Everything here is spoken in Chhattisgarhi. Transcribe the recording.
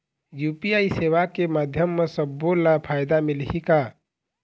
यू.पी.आई सेवा के माध्यम म सब्बो ला फायदा मिलही का?